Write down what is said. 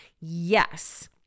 Yes